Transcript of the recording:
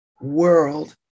world